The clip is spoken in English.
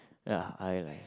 ya I